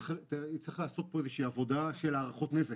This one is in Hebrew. צריך לעשות פה איזושהי עבודה של הערכות נזק.